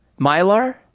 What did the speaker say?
Mylar